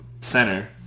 center